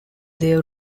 they